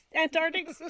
Antarctic